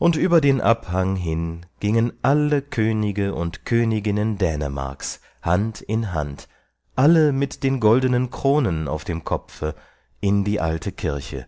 und über den abhang hin gingen alle könige und königinnen dänemarks hand in hand alle mit den goldenen kronen auf dem kopfe in die alte kirche